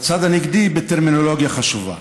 בצד הנגדי, בטרמינולוגיה חשובה.